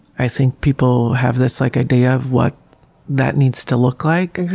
i think people have this like idea of what that needs to look like.